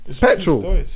Petrol